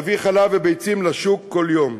להביא חלב וביצים לשוק כל יום.